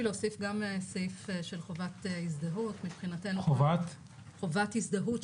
להוסיף גם סעיף של חובת הזדהות של המפקחים,